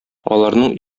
аларның